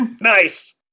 Nice